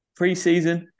preseason